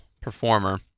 performer